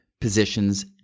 positions